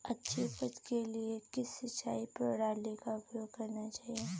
अच्छी उपज के लिए किस सिंचाई प्रणाली का उपयोग करना चाहिए?